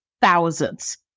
thousands